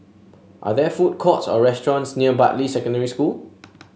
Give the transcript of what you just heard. are there food courts or restaurants near Bartley Secondary School